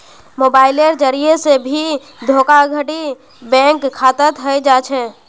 मोबाइलेर जरिये से भी धोखाधडी बैंक खातात हय जा छे